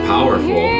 Powerful